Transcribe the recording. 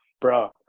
bro